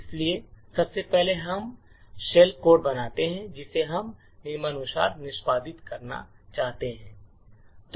इसलिए सबसे पहले हम शेल कोड बनाते हैं जिसे हम निम्नानुसार निष्पादित करना चाहते हैं